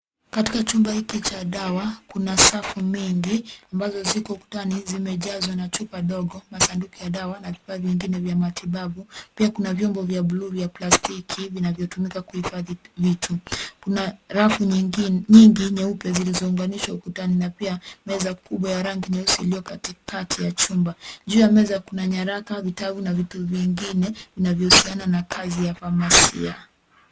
Katika chumba hiki cha dawa, kuna safu mengi ambazo ziko kutani zimejazwa na chupa dogo, masanduku ya dawa na vifaa vingine vya matibabu. Pia kuna vyombo vya buluu vya plastiki vinavyotumika kuhifadhi vitu. Kuna rafu nyingi nyeupe zilizounganishwa ukutani na pia meza kunwa ya rangi nyeusi iliyo katikati ya chumba. Juu ya meza kuna nyaraka, vitabu na vitu vingine vinavyohusiana na kazi ya famasia.